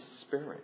spirit